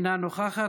אינה נוכחת.